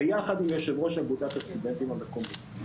ביחד עם יושב-ראש אגודת הסטודנטים המקומית,